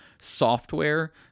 software